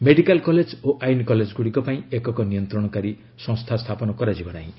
medical college ଓ ଆଇନ କଲେଜଗୁଡ଼ିକ ପାଇଁ ଏକକ ନିୟନ୍ତ୍ରକାରୀ ସଂସ୍ଥା ସ୍ଥାପନ କରାଯିବ ନାହିଁ